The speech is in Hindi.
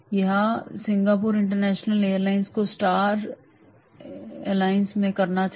या सिंगापुर इंटरनेशनल एयरलाइंस को स्टार एलायंस में रहना चाहिए